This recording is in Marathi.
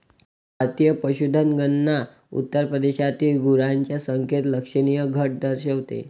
भारतीय पशुधन गणना उत्तर प्रदेशातील गुरांच्या संख्येत लक्षणीय घट दर्शवते